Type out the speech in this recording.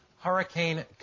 Hurricane